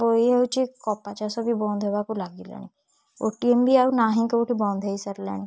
ହେଉଛି କପା ଚାଷ ବି ବନ୍ଦ ହେବାକୁ ଲାଗିଲାଣି ଓଟିଏମ୍ ବି ଆଉ ନାହିଁ କୋଉଠି ବନ୍ଦ ହେଇ ସାରିଲାଣି